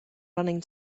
running